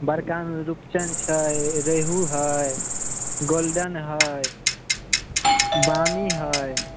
बड़कामे रुपचन छै रेहु हइ गोल्डन हइ बामी हइ